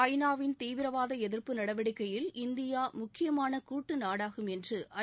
ஐ நா வின் தீவிரவாத எதிர்ப்பு நடவடிக்கையில் இந்தியா முக்கியமான கூட்டு நாடாகும் என்று ஐ